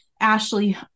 Ashley